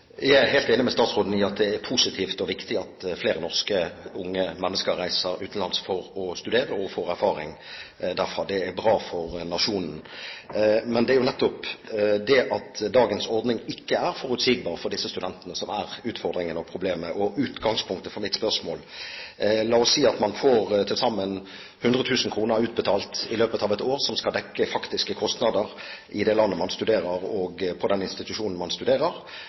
Jeg er helt enig med statsråden i at det er positivt og viktig at flere norske unge mennesker reiser utenlands for å studere og får erfaring derfra. Det er bra for nasjonen. Men det er jo nettopp det at dagens ordning ikke er forutsigbar for disse studentene som er utfordringen og problemet, og utgangspunktet for mitt spørsmål. La oss si at man til sammen får 100 000 kr utbetalt i løpet av et år. Det skal dekke faktiske kostnader i det landet man studerer og ved den institusjonen man studerer,